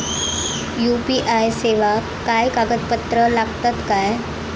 UPI सेवाक काय कागदपत्र लागतत काय?